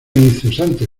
incesante